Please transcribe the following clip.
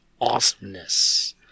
awesomeness